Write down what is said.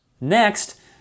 Next